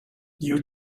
you